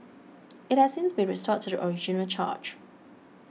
it has since been restored to the original charge